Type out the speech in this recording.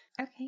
Okay